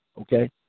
okay